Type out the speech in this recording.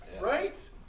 Right